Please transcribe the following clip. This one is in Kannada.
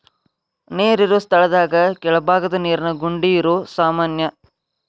ನೇರ ಇರು ಸ್ಥಳದಾಗ ಕೆಳಬಾಗದ ನೇರಿನ ಗುಂಡಿ ಇರುದು ಸಾಮಾನ್ಯಾ